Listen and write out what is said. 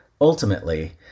Ultimately